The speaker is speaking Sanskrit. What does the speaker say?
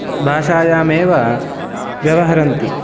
भाषायामेव व्यवहरन्ति